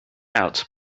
out